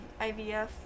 IVF